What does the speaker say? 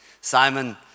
Simon